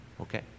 Okay